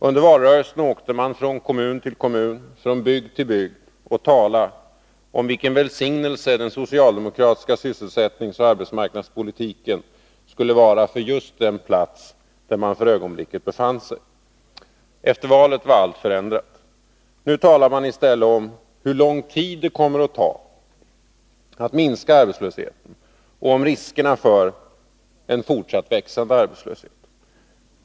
Under valrörelsen åkte man från kommun till kommun, från bygd till bygd, och talade om vilken välsignelse den socialdemokratiska sysselsättningsoch arbetsmarknadspolitiken skulle vara för just den plats där man för ögonblicket befann sig. Efter valet är allt förändrat. Nu talar man istället om hur lång tid det kommer att ta att minska arbetslösheten och om riskerna för en fortsatt växande arbetslöshet.